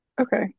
Okay